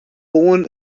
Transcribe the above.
born